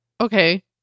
okay